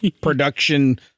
production